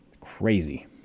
Crazy